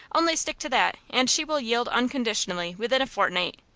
only stick to that, and she will yield unconditionally within a fortnight.